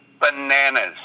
bananas